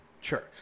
Sure